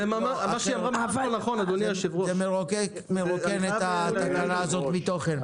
זה מרוקן את התקנה הזאת מתוכן.